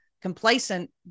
complacent